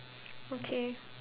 okay